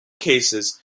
cases